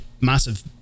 massive